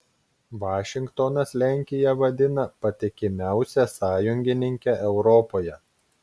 vašingtonas lenkiją vadina patikimiausia sąjungininke europoje